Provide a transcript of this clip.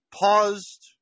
paused